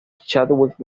chadwick